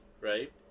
right